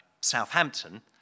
Southampton